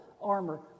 armor